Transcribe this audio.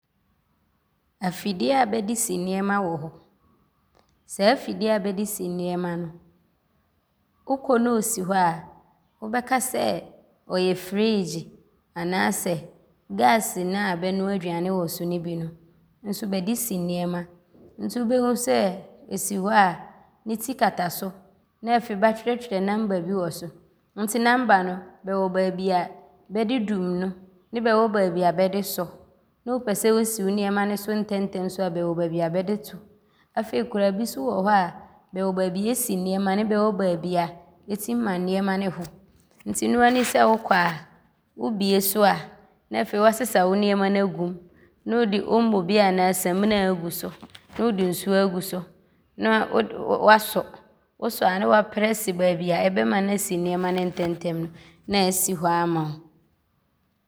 Afidie a bɛde si nnoɔma wɔ hɔ. Saa afidie a bɛde si nnoɔma no, wokɔ ne ɔsi hɔ a, wobɛka sɛ, ɔyɛ friigyi anaasɛ gaase no a bɛnoa aduane wɔ so ne bi no so bɛde si nnoɔma. Nti wobɛhu sɛ, ɔsi hɔ a, ne ti kata so ne afei bɛatwerɛtwerɛ nɔma bi wɔ so nti nɔma no, bɛwɔ baabi a bɛde dum no ne bɛwɔ baabi a bɛde sɔ ne wopɛ sɛ wosi wo nnoɔma no ntɛmntɛm so a, bɛwɔ baabi a bɛde to. Afei koraa bi so wɔ hɔ a, bɛwɔ baabi a ɔsi nnoɔma ne bɛwɔ baabi a ɔtim ma nnoɔma ne ho nti noaa di sɛ, wokɔ a, wobie so a ne afei woasesa wo nnoɔma no agum ne wode samina bi agu so ne wode nsuo agu so ne woasɔ. Wosɔ a ne woaprɛse baabi a ɔbɛma no asi nnoɔma no ntɛmntɛm ne aasi hɔ ama wo.